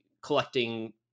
collecting